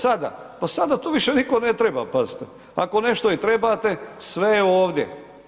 Sada, pa sada to više nitko ne treba pazite, ako nešto i trebate sve je ovdje.